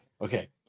Okay